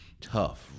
Tough